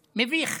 מביך,